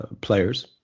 players